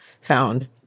found